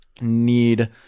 need